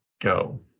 go